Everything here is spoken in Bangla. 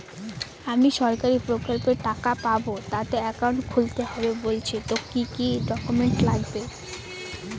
আমি সরকারি প্রকল্পের টাকা পাবো তাতে একাউন্ট খুলতে হবে বলছে তো কি কী ডকুমেন্ট লাগবে?